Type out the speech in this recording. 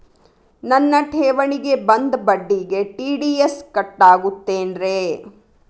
ನನ್ನ ಠೇವಣಿಗೆ ಬಂದ ಬಡ್ಡಿಗೆ ಟಿ.ಡಿ.ಎಸ್ ಕಟ್ಟಾಗುತ್ತೇನ್ರೇ?